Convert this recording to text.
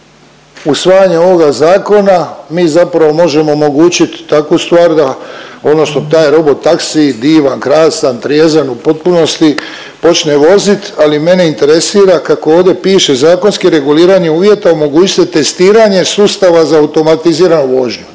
usvajanja ovoga zakona mi zapravo možemo omogućit takvu stvar da ono što taj robotaksi divan, krasan, trijezan u potpunosti počne vozit, ali mene interesira kako ovdje piše zakonski reguliranje uvjeta omogućit će testiranje sustava za automatiziranu vožnju,